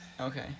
Okay